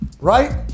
Right